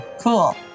Cool